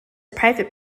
private